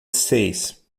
seis